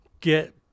get